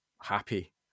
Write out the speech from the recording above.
happy